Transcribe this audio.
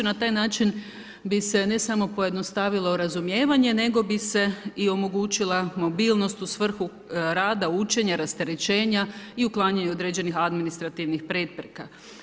Na taj način bi se ne samo pojednostavilo razumijevanje nego bi se omogućila mobilnost u svrhu rada, učenja, rasterećenja i uklanjanju određenih administrativnih prepreka.